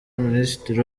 minisitiri